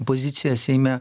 pozicija seime